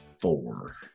four